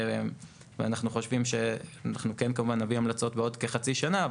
אנחנו כמובן נביא המלצות בעוד כחצי שנה,